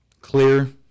clear